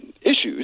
issues